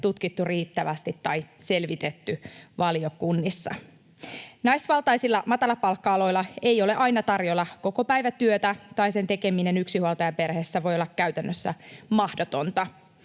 tutkittu riittävästi tai selvitetty valiokunnissa. Naisvaltaisilla matalapalkka-aloilla ei ole aina tarjolla kokopäivätyötä, tai sen tekeminen yksinhuoltajaperheessä voi olla käytännössä mahdotonta.